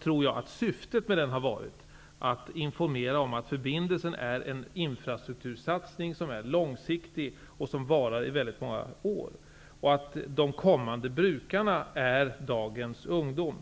tror att syftet med informationen har varit att informera om att förbindelsen utgör en infrastruktursatsning, som är långsiktig och skall vara i väldigt många år och där de kommande brukarna är dagens ungdom.